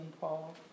Paul